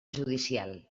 judicial